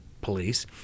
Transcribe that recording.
police